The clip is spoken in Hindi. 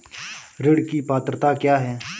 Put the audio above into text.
ऋण की पात्रता क्या है?